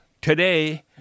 Today